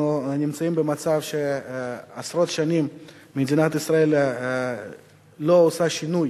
אנחנו נמצאים במצב שעשרות שנים מדינת ישראל לא עושה שינוי